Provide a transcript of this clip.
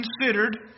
considered